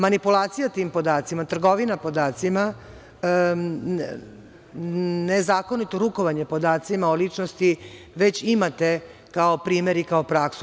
Manipulacija tim podacima, trgovina podacima, nezakonito rukovanje podacima o ličnosti već imate kao primer i kao praksu.